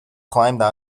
climbed